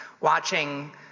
watching